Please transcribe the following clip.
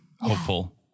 hopeful